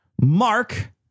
Mark